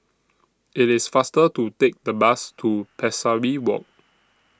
IT IS faster to Take The Bus to Pesari Walk